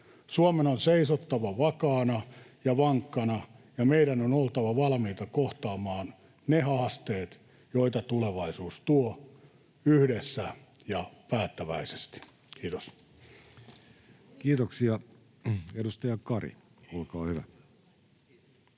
Suomen on seisottava vakaana ja vankkana, ja meidän on oltava valmiita kohtaamaan ne haasteet, joita tulevaisuus tuo, yhdessä ja päättäväisesti. — Kiitos. Kiitoksia. — Edustaja Kari, olkaa hyvä.